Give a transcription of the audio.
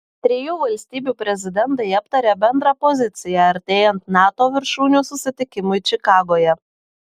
trijų valstybių prezidentai aptarė bendrą poziciją artėjant nato viršūnių susitikimui čikagoje